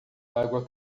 água